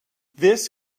this